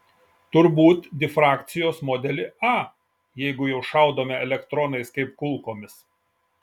turbūt difrakcijos modelį a jeigu jau šaudome elektronais kaip kulkomis